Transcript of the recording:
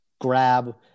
grab